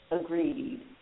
agreed